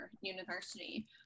University